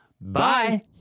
bye